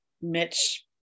Mitch